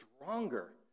stronger